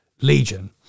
Legion